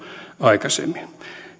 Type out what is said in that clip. aikaisemmin